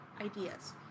ideas